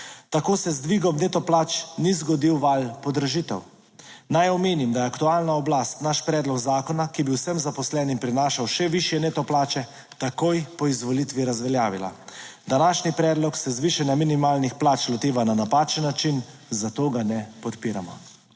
Tako se z dvigom neto plač ni zgodil val podražitev. Naj omenim, da je aktualna oblast naš predlog zakona, ki bi vsem zaposlenim prinašal še višje neto plače, takoj po izvolitvi razveljavila. Današnji predlog se zvišanja minimalnih plač loteva na napačen način, zato ga ne podpiramo.